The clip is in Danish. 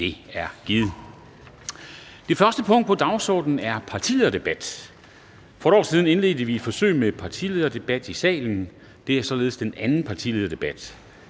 Dam Kristensen): Det første punkt på dagsordenen er partilederdebat. For et år siden indledte vi et forsøg med partilederdebat i salen, og dette er således den anden partilederdebat.